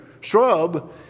shrub